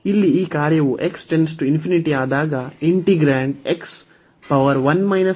ಇಲ್ಲಿ ಈ ಕಾರ್ಯವು ಆದಾಗ ಇಂಟಿಗ್ರಾಂಡ್ ಆಗಿ ವರ್ತಿಸುತ್ತದೆ